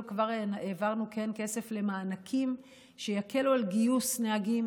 כבר כן העברנו כסף למענקים שיקלו גיוס נהגים,